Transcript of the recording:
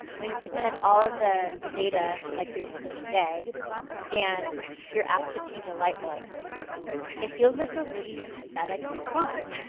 when you're presented all of the the data like we were presented today and you're asked to change a light bulb it feels like a really pathetic response.